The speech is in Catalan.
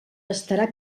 bastarà